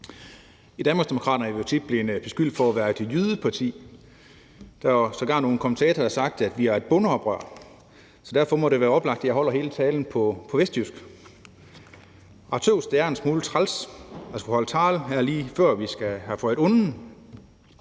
er vi jo tit blevet beskyldt for at være et jydeparti. Der har sågar været nogle kommentatorer, der har sagt, at vi er et bondeoprør. Så derfor må det være oplagt, at jeg holder hele talen på vestjysk. A tøws, det er en smule træls at skulle holde tale her, lige før vi skal have wor onden.